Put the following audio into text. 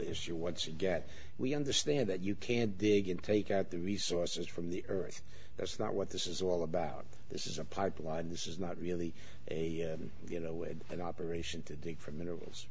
issue once again we understand that you can't dig in take out the resources from the earth that's not what this is all about this is a pipeline this is not really a you know way an operation to dig for minerals